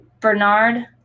Bernard